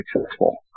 successful